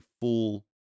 full